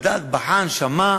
בדק, בחן, שמע,